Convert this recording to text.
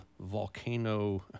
volcano